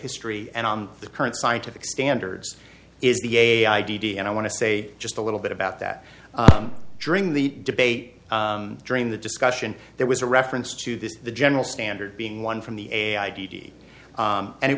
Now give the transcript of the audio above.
history and on the current scientific standards is the a i d d and i want to say just a little bit about that during the debate during the discussion there was a reference to this the general standard being one from the a i d d and it